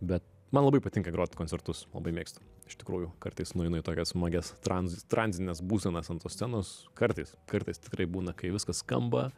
bet man labai patinka grot koncertus labai mėgstu iš tikrųjų kartais nueinu į tokias smagias tranz tranzines būsenas ant tos scenos kartais kartais tikrai būna kai viskas skamba